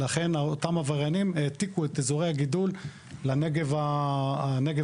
לכן אותם עבריינים העתיקו את אזורי הגידול לנגב הפתוח.